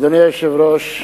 אדוני היושב-ראש,